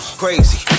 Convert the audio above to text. crazy